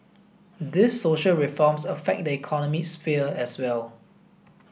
these social reforms affect the economic sphere as well